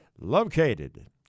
Located